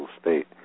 state